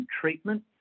treatment